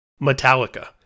Metallica